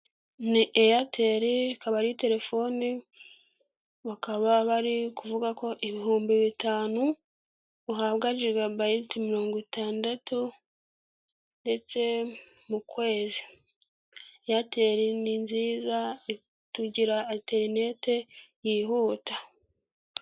Ni eyateri kabari telefone bakaba bari kuvuga ko 5000 uhabwa jigabiyiti 50 ndetse mu kwezi eyateri ni nziza tugira interinete yihuta.